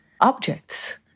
objects